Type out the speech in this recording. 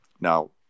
now